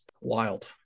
wild